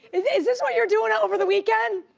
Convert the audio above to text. is is this what you're doing over the weekend?